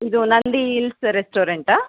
ಇದು ನಂದಿ ಇಲ್ಸ್ ರೆಸ್ಟೋರೆಂಟಾ